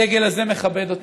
הדגל הזה מכבד אותנו,